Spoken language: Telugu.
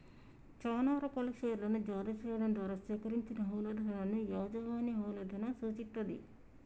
చానా రకాల షేర్లను జారీ చెయ్యడం ద్వారా సేకరించిన మూలధనాన్ని యాజమాన్య మూలధనం సూచిత్తది